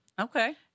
Okay